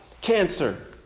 Cancer